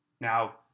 Now